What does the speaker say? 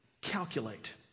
Calculate